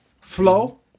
flow